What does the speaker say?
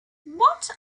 what